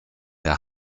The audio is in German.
der